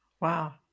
Wow